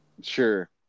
sure